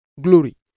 glory